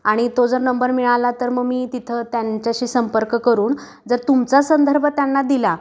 आणि तो जर नंबर मिळाला तर मग मी तिथं त्यांच्याशी संपर्क करून जर तुमचा संदर्भ त्यांना दिला